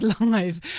live